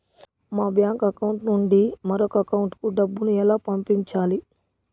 మా bank account నుండి మరొక అకౌంట్ కు డబ్బును ఎలా పంపించాలి